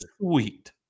sweet